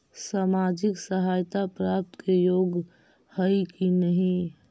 सामाजिक सहायता प्राप्त के योग्य हई कि नहीं?